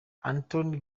anthony